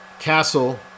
Castle